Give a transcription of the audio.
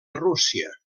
rússia